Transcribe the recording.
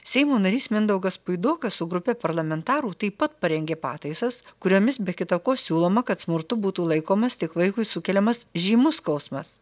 seimo narys mindaugas puidokas su grupe parlamentarų taip pat parengė pataisas kuriomis be kita ko siūloma kad smurtu būtų laikomas tik vaikui sukeliamas žymus skausmas